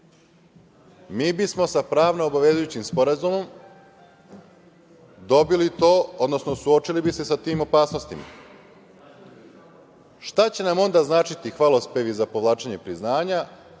bismo sa pravno obavezujućim sporazumom dobili to, odnosno suočili bi se sa tim opasnostima. Šta će nam onda značiti hvalospevi za povlačenje priznanja,